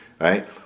right